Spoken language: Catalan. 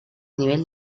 nivell